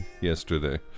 yesterday